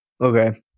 Okay